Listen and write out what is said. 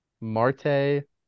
Marte